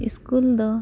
school ᱫᱚ